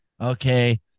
Okay